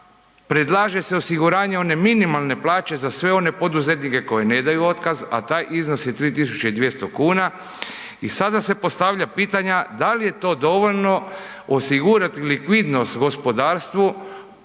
predlaže se osiguranje one minimalne plaće za sve one poduzetnike koji ne daju otkaz, a taj iznos je 3.200,00 kn i sada se postavlja pitanja da li je to dovoljno osigurat likvidnost gospodarstvu